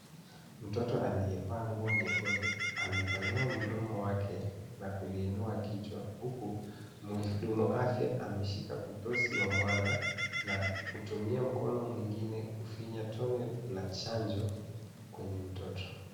Mtoto aliyevaa nguo nyekundu amepanua mdomo wake na kuliinua kichwa huku mhudumu afya ameshika utosi wa mwana na kutumia mkono mwingine kufinya tone la chanjo kwenye mtoto.